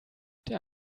der